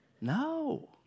No